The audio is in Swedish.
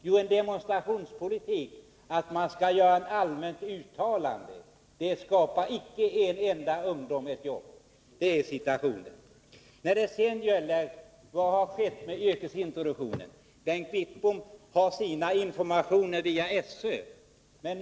Jo, en demonstrationspolitik — att man skall göra ett allmänt uttalande. Det ger icke en enda ungdom ett jobb. Vad har skett med yrkesintroduktionen? Bengt Wittbom har sin information från SÖ.